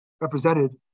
represented